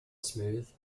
smooth